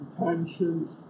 intentions